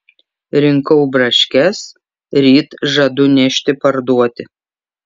rinkau braškes ryt žadu nešti parduoti